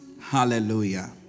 hallelujah